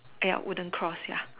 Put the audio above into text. !aiya! wooden cross ya